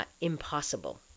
impossible